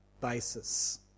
basis